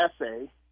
essay